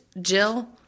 Jill